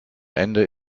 ende